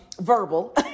verbal